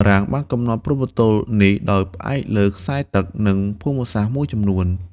បារាំងបានកំណត់ព្រំប្រទល់នេះដោយផ្អែកលើខ្សែទឹក និងភូមិសាស្ត្រមួយចំនួន។